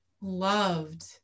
loved